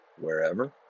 wherever